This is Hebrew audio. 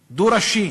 דו-ראשי.